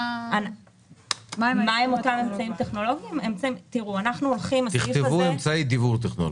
לא "אמצעים טכנולוגיים" אלא "אמצעים דיגיטליים".